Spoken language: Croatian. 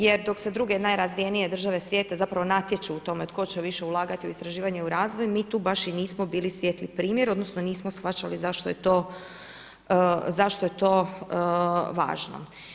Jer dok se druge najrazvijenije države svijeta zapravo natječu u tome tko će više ulagati u istraživanje, u razvoj mi tu baš i nismo bili svijetli primjer odnosno nismo shvaćali zašto je to važno.